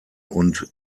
und